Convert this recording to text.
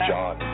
John